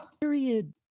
Period